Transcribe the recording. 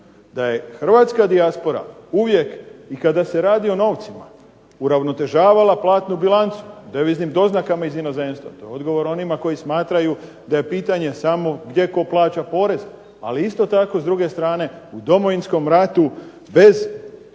da je Hrvatska dijaspora uvijek, ikada se radi o novcima, uravnotežavala platnu bilancu deviznim doznaka iz inozemstva. To je odgovor onima koji smatraju da je pitanje samo gdje tko plaća porez, ali isto tako s druge strane u Domovinskom ratu bez